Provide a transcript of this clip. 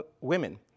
women